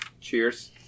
Cheers